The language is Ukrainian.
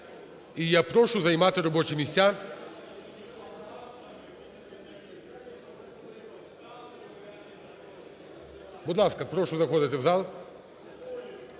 І я прошу займати робочі місця. Будь ласка, прошу заходити в зал.